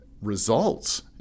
results